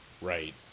right